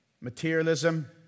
materialism